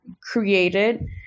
created